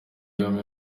yombi